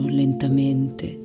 lentamente